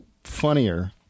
funnier